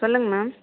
சொல்லுங்கள் மேம்